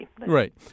Right